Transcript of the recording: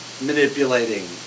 manipulating